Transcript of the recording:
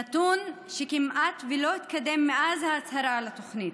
נתון שכמעט לא התקדם מאז ההצהרה על התוכנית.